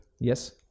yes